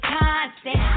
constant